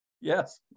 Yes